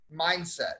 mindset